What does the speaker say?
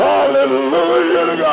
Hallelujah